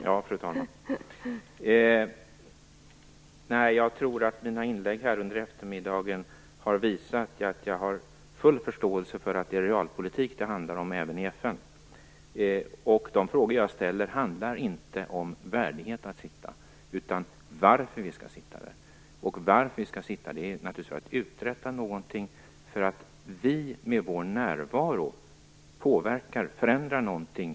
Fru talman! Jag tror att mina inlägg under eftermiddagen har visat att jag har full förståelse för att det är realpolitik det handlar om även i FN. De frågor jag ställer handlar inte om värdighet, utan varför vi skall sitta i säkerhetsrådet. Anledningen till att vi skall sitta med är naturligtvis att vi skall uträtta någonting.